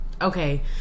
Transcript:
Okay